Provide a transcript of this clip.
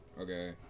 Okay